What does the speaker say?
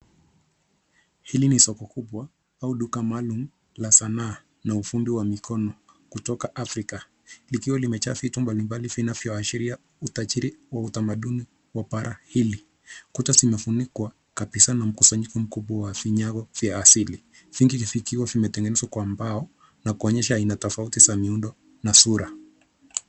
Hili ni soko kubwa au duka maalum la sanaa na ufundi wa mikono kutoka Afrika likiwa limejaa vitu mbalimbali vinavyoashiria utajiri wa utamaduni wa bara hili. Kuta zinafunikwa kabisa na mkusanyiko mkubwa wa vinyago vya asili vingi vikiwa vimetengenezwa kwa mbao na kuonyesha ina tofauti za miundo na sura.